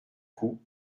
coup